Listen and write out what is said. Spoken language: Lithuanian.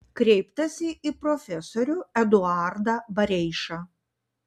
kreiptasi į profesorių eduardą bareišą